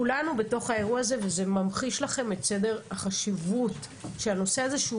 כולנו בתוך האירוע הזה וזה ממחיש לכם את סדר החשיבות שהנושא הזה,